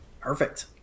Perfect